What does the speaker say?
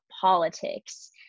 politics